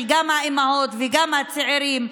גם של האימהות וגם של הצעירים,